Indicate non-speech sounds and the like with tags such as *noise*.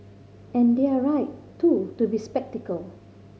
and they're right too to be *unintelligible*